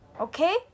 okay